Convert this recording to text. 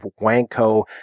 wanko